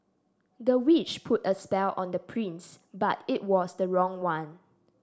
the witch put a spell on the prince but it was the wrong one